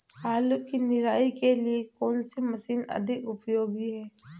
आलू की निराई के लिए कौन सी मशीन अधिक उपयोगी है?